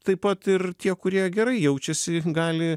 taip pat ir tie kurie gerai jaučiasi gali